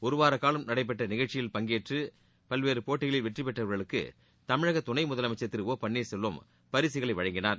ஒருவார காலம் நடைபெற்ற நிகழ்ச்சிகளில் பங்கேற்று பல்வேறு போட்டிகளில் வெற்றிபெற்றவர்களுக்கு தமிழக துணை முதலமைச்சர் திரு ஒபன்னீர்செல்வம் பரிசுகளை வழங்கினார்